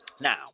Now